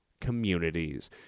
communities